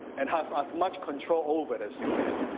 and have as much control over it as you can.